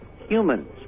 humans